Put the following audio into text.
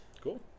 Cool